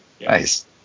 nice